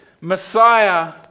Messiah